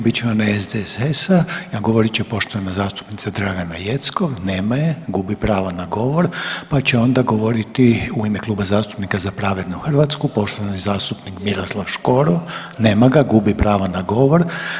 bit će onaj SDSS-a, a govorit će poštovana zastupnica Dragana Jeckov, nema je, gubi pravo na govor, pa će onda govoriti u ime Kluba zastupnika Za pravednu Hrvatsku poštovani zastupnik Miroslav Škoro, nema ga, gubi pravo na govor.